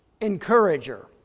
encourager